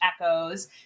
echoes